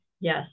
yes